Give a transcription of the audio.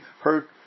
hurt